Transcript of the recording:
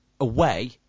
away